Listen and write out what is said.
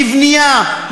לבנייה?